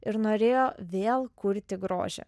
ir norėjo vėl kurti grožį